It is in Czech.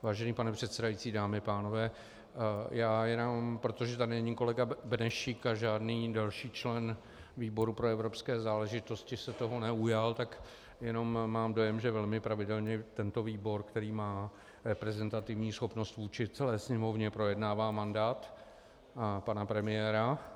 Vážený pane předsedající, dámy a pánové, já jenom, protože tady není kolega Benešík a žádný jiný další člen výboru pro evropské záležitosti se toho neujal, tak jenom mám dojem, že velmi pravidelně tento výbor, který má reprezentativní schopnost vůči celé Sněmovně, projednává mandát pana premiéra.